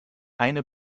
eine